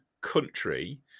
country